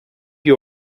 you